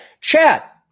chat